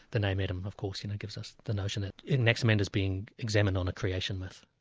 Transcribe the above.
the name adam of course you know gives us the notion that anaxamander's being examined on a creation myth.